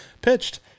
pitched